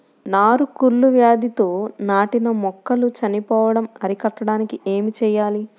నారు కుళ్ళు వ్యాధితో నాటిన మొక్కలు చనిపోవడం అరికట్టడానికి ఏమి చేయాలి?